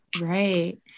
Right